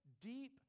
deep